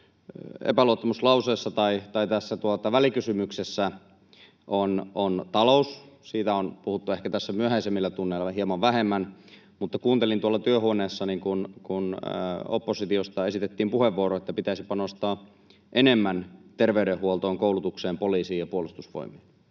osuus tässä välikysymyksessä on talous. Siitä on puhuttu ehkä tässä myöhäisemmillä tunneilla hieman vähemmän, mutta kuuntelin tuolla työhuoneessani, kun oppositiosta esitettiin puheenvuoro, että pitäisi panostaa enemmän terveydenhuoltoon, koulutukseen, poliisiin ja Puolustusvoimiin.